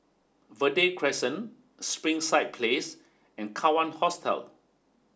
Verde Crescent Springside Place and Kawan Hostel